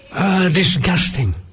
disgusting